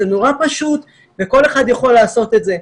שזה נורא פשוט וכל אחד יכול לעשות את זה.